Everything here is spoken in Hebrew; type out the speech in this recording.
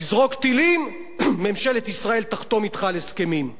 תזרוק טילים, ממשלת ישראל תחתום אתך על הסכמים.